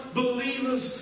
believers